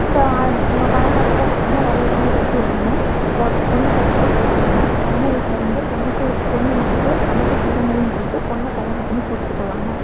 நம்ம பழங்காலத்துல பார்த்திங்னா வரதட்சணைங்கிறது எப்படி இருந்துதுன்னா இப்போ அப்போ பொண்ண கட்டிகிட்டு போறாங்கன்னா பையன் வீட்லயிருந்து பொண்ணுக்கு பொண்ணு வீட்டுக்கு அனைத்து செல்வங்களையும் கொடுத்து பொண்ண கல்யாணம் பண்ணி கூட்டிகிட்டு போவாங்க